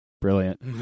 Brilliant